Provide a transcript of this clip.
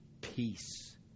peace